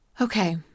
Okay